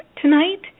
tonight